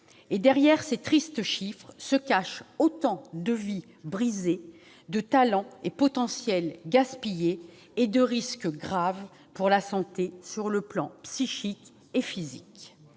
Derrière ces tristes chiffres se cachent autant de vies brisées, de talents et potentiels gaspillés et de risques graves pour la santé, sur le plan tant psychique que physique.